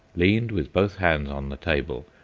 leaned with both hands on the table,